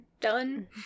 Done